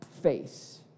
face